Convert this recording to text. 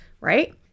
right